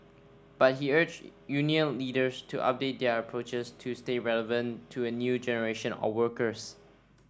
but he urged union leaders to update their approaches to stay relevant to a new generation of workers